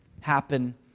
happen